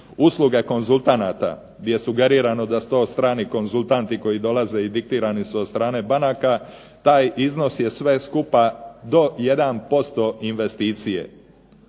usluge konzultanata gdje je sugerirano da su to strani konzultanti koji dolaze i diktirani su od strane banaka, taj iznos je sve skupa do 1% investicije.